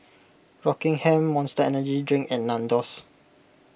Rockingham Monster Energy Drink and Nandos